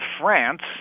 France